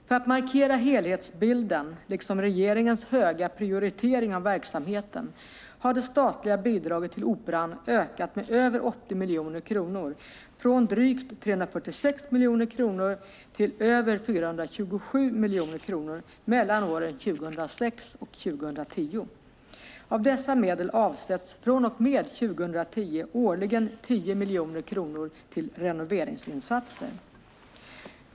För att markera helhetsbilden, liksom regeringens höga prioritering av verksamheten, har det statliga bidraget till Operan ökat med över 80 miljoner kronor, från drygt 346 miljoner kronor till över 427 miljoner kronor, mellan åren 2006 och 2010. Av dessa medel avsätts från och med 2010 årligen 10 miljoner kronor till renoveringsinsatser.